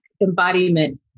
Embodiment